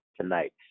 tonight